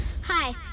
Hi